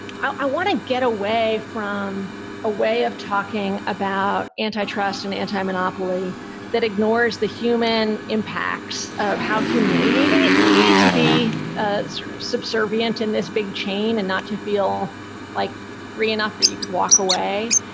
i want to get away from a way of talking about antitrust and antimonopoly that ignores the human impacts of how humiliating it can be to be subservient in this big chain and not to feel like free enough that you could walk away.